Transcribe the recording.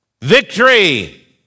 Victory